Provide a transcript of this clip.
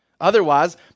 Otherwise